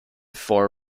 for